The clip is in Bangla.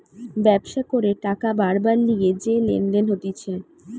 ব্যবসা করে টাকা বারবার লিগে যে লেনদেন হতিছে